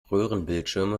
röhrenbildschirme